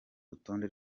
rutonde